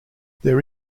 there